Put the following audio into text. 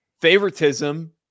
favoritism